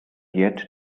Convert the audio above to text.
yet